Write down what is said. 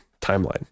timeline